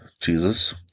Jesus